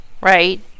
right